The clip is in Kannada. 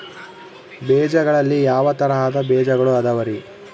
ಬೇಜಗಳಲ್ಲಿ ಯಾವ ತರಹದ ಬೇಜಗಳು ಅದವರಿ?